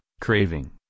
craving